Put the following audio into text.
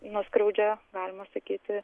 nuskriaudžia galima sakyti